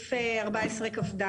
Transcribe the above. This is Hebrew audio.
לסעיף 14 כד.